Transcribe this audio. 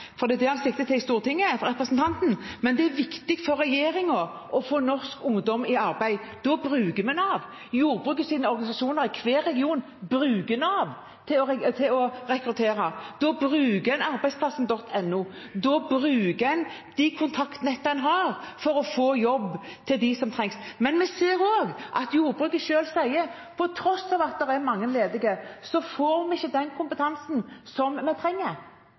å få norsk ungdom i arbeid. Da bruker vi Nav. Jordbrukets organisasjoner i hver region bruker Nav til å rekruttere, og da bruker en arbeidsplassen.no, og da bruker en de kontaktnettene en har for å få jobb til dem som trenger det. Men vi ser også at jordbruket selv sier at på tross av at det er mange ledige, får de ikke den kompetansen som de trenger,